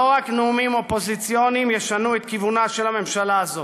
לא רק נאומים אופוזיציוניים ישנו את כיוונה של הממשלה הזאת.